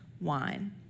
wine